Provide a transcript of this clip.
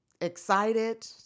excited